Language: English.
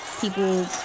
People